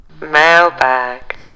mailbag